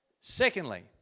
secondly